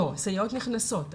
סייעות נכנסות,